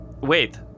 Wait